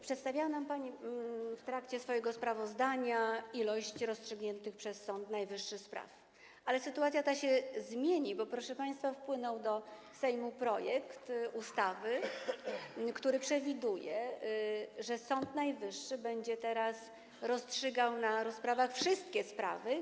Przedstawiała nam pani w trakcie swojego sprawozdania ilość rozstrzygniętych przez Sąd Najwyższy spraw, ale sytuacja ta się zmieni, proszę państwa, bo wpłynął do Sejmu projekt ustawy, który przewiduje, że Sąd Najwyższy będzie teraz rozstrzygał na rozprawach wszystkie sprawy.